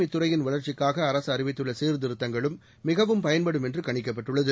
இத்துறையின் வளர்ச்சிக்காக அரசு அறிவித்துள்ள சீர்திருத்தங்களும் மிகவும் பயன்படும் என்று கணிக்கப்பட்டுள்ளது